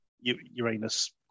Uranus